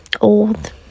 old